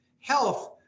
health